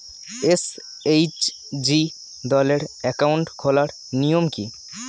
SHG দলের account খোলার নিয়ম কী?